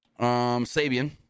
Sabian